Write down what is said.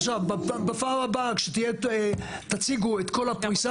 עכשיו, בפעם הבאה כשתהיה, תציגו את כל הפריסה.